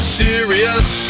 serious